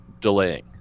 delaying